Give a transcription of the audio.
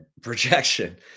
projection